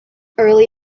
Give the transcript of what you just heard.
early